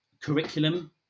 curriculum